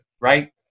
right